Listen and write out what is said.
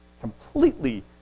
completely